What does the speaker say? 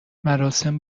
مراسم